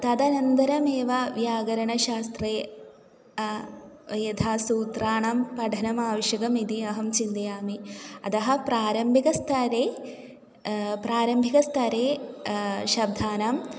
तदनन्तरमेव व्याकरणशास्त्रे यथा सूत्राणां पठनम् आवश्यकम् इति अहं चिन्तयामि अतः प्रारम्भिकस्तरे प्रारम्भिकस्तरे शब्दानाम्